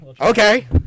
Okay